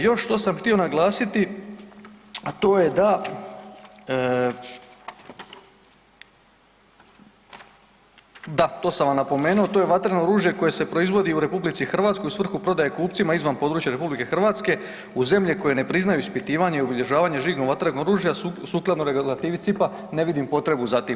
Još što sam htio naglasiti, a to je da, da to sam vam napomenuo, to je vatreno oružje koje se proizvodi u RH u svrhu prodaje kupcima izvan područja RH u zemlje koje ne priznaju ispitivanje i obilježavanje … [[Govornik se ne razumije]] vatrenog oružja sukladno regulativi C.I.P.-a ne vidim potrebu za tim.